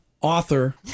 author